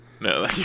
No